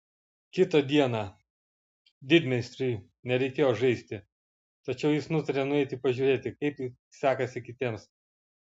kitą dieną didmeistriui nereikėjo žaisti tačiau jis nutarė nueiti pažiūrėti kaip sekasi kitiems